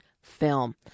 film